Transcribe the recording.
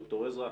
ד"ר עזרא,